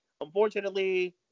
Unfortunately